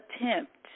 attempt